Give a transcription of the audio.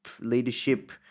leadership